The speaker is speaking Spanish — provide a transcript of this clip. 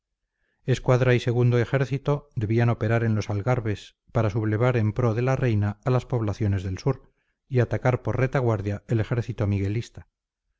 napier escuadra y segundo ejército debían operar en los algarbes para sublevar en pro de la reina a las poblaciones del sur y atacar por retaguardia el ejército